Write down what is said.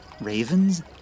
ravens